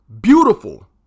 Beautiful